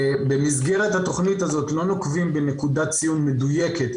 במסגרת התכנית הזאת לא נוקבים בנקודת הציון המדויקת,